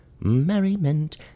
Merriment